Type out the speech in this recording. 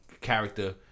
character